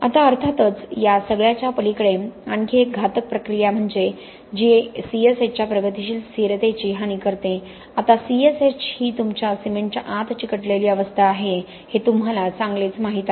आता अर्थातच या सगळ्याच्या पलीकडे आणखी एक घातक प्रतिक्रिया आहे जी C S H च्या प्रगतीशील स्थिरतेची हानी करते आता C S H ही तुमच्या सिमेंटच्या आत चिकटलेली अवस्था आहे हे तुम्हाला चांगलेच माहीत आहे